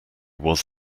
was